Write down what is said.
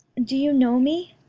do you know me?